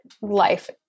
life